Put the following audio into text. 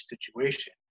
situation